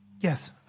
Yes